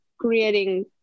creating